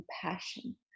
compassion